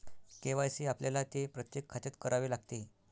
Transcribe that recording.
KYC आपल्याला ते प्रत्येक खात्यात करावे लागते